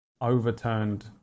...overturned